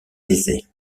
aisée